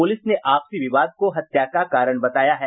police ने आपसी विवाद को हत्या का कारण बताया है